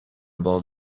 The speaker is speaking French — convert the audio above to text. bords